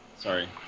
sorry